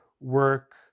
work